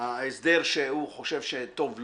ההסדר שהוא חושב שטוב לו.